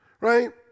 right